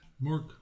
Mark